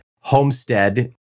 Homestead